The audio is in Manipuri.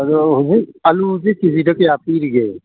ꯑꯗꯨ ꯍꯧꯖꯤꯛ ꯑꯂꯨꯁꯤ ꯀꯦꯖꯤꯗ ꯀꯌꯥ ꯄꯤꯔꯤꯕꯒꯦ